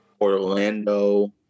Orlando